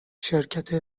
شرکت